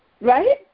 right